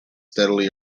steadily